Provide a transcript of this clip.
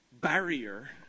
barrier